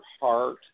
heart